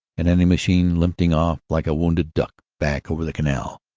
an enemy machine limping off like a wounded duck back over the canal.